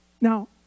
Now